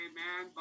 Amen